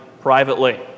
privately